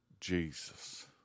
Jesus